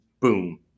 boom